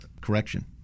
correction